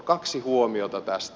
kaksi huomiota tästä